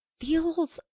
feels